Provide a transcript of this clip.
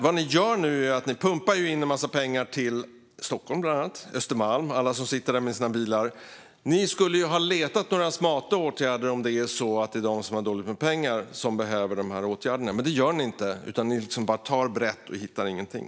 Vad ni gör nu är att ni pumpar in en massa pengar till bland annat Stockholm, till Östermalm och alla som sitter där med sina bilar. Ni skulle ha letat efter några smarta åtgärder om det är de som har dåligt med pengar som behöver de här åtgärderna, men det gör ni inte, utan ni bara tar brett och hittar ingenting.